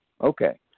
Okay